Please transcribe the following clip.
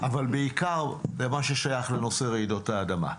אבל בעיקר למה ששייך לנושא רעידות האדמה.